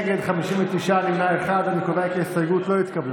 אני קובע כי ההסתייגות לא התקבלה.